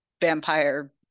vampire